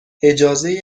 اجازه